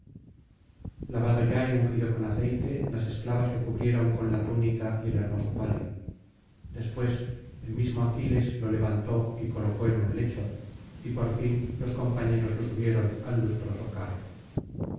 lavado ya y ungido con aceite las esclavas lo cubrieron con la túnica y el hermoso palio después el mismo aquiles lo levantó y colocó en un lecho y por fin los compañeros lo subieron al lustroso carro